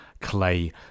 clay